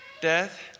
Death